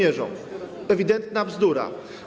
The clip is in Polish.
Ewidentna bzdura.